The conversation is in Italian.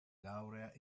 laurea